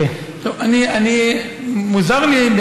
מוזר לי,